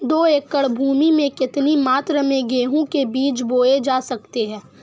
दो एकड़ भूमि में कितनी मात्रा में गेहूँ के बीज बोये जा सकते हैं?